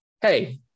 hey